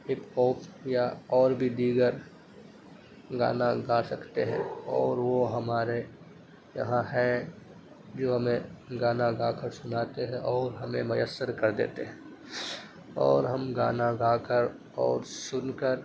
hip hop یا اور بھی دیگر گانا گا سکتے ہیں اور وہ ہمارے یہاں ہے جو ہمیں گانا گا کر سناتے ہیں اور ہمیں میسر کر دیتے ہیں اور ہم گانا گا کر اور سن کر